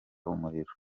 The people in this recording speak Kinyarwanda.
umuriro